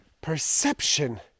perception